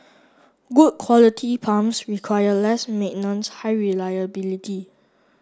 good quality pumps require less high reliability